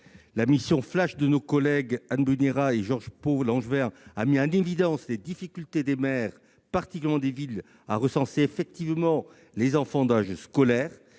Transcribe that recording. La mission flash de nos collègues députées Anne Brugnera et George Pau-Langevin a mis en évidence les difficultés des maires, particulièrement en ville, à recenser effectivement les enfants en âge d'être